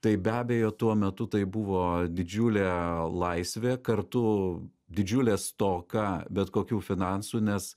tai be abejo tuo metu tai buvo didžiulė laisvė kartu didžiulė stoka bet kokių finansų nes